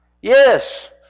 Yes